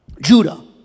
Judah